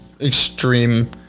extreme